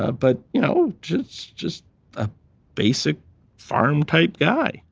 ah but you know just just a basic farm-type guy.